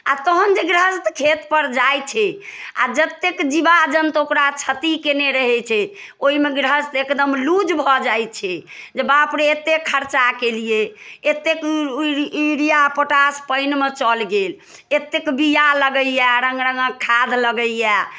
आओर तहन जे गृहस्थ खेतपर जाइ छै आओर जेत्तेक जीवा जन्तु ओकरा क्षति केने रहै छै ओइमे गृहस्थ एकदम लूज भऽ जाइ छै जे बापरे एत्ते खर्चा कयलियै एतेक यूरिया पोटाश पानिमे चलि गेल एतेक बीआ लगैए रङ्ग रङ्गके खाद लगैए